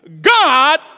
God